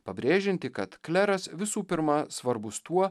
pabrėžiantį kad kleras visų pirma svarbus tuo